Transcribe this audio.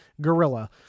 gorilla